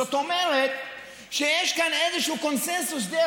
זאת אומרת שיש כאן איזשהו קונסנזוס די